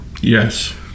Yes